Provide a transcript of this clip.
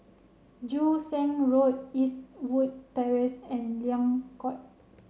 Joo Seng Road Eastwood Terrace and Liang Court